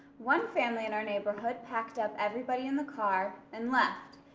one family in our neighborhood packed up everybody in the car and left.